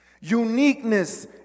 uniqueness